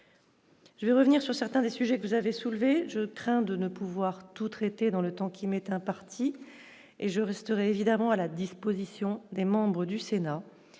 Je vais revenir sur certains sujets que vous avez soulevé, je crains de ne pouvoir tout traiter dans le temps qui m'est imparti et je resterai évidemment à la disposition des membres du Sénat,